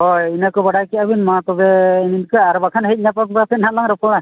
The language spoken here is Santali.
ᱦᱳᱭ ᱤᱱᱟᱹ ᱠᱚ ᱵᱟᱲᱟᱭ ᱠᱮᱜ ᱟᱹᱵᱤᱱ ᱢᱟ ᱛᱚᱵᱮ ᱤᱱ ᱤᱱᱠᱟᱹ ᱟᱨ ᱵᱟᱠᱷᱟᱱ ᱦᱮᱡ ᱧᱟᱯᱟᱢ ᱠᱟᱛᱮ ᱦᱟᱜ ᱞᱟᱝ ᱨᱚᱯᱚᱲᱟ